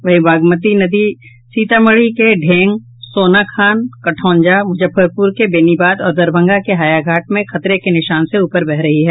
वहीं बागमती नदी सीतामढ़ी के ढेंग सोनाखान कंटौझा मूजफ्फरपूर के बेनीबाद और दरभंगा के हायाघाट में खतरे के निशान से ऊपर बह रही है